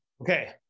Okay